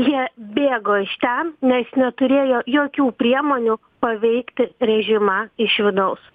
jie bėgo iš ten nes neturėjo jokių priemonių paveikti režimą iš vidaus